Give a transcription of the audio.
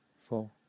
four